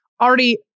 already